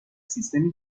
سیستمی